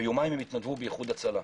ויומיים יתנדבו באיחוד הצלה,